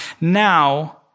Now